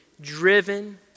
driven